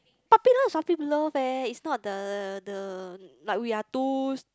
puppy love is puppy love leh it's not the the like we are two